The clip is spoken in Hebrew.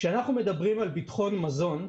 כשאנחנו מדברים על ביטחון מזון,